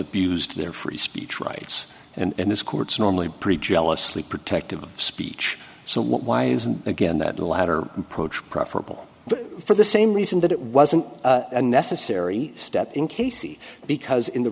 abused their free speech rights and this court's normally pretty jealously protective of speech so why isn't again that the latter approach preferable for the same reason that it wasn't a necessary step in casey because in the